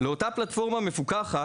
לאותה פלטפורמה מפוקחת